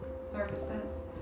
services